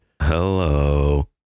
Hello